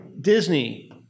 Disney